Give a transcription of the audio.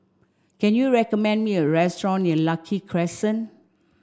can you recommend me a restaurant near Lucky Crescent